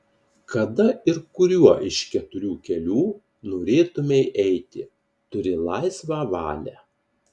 kada ir kuriuo iš keturių kelių norėtumei eiti turi laisvą valią